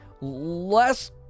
less